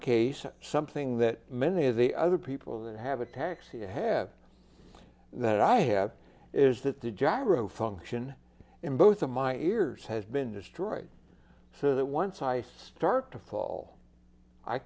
case something that many of the other people that have a taxi have that i have is that the gyro function in both of my ears has been destroyed so that once i start to fall i